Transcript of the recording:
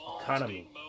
economy